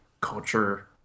culture